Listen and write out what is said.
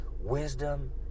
Wisdom